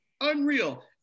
unreal